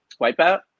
wipeout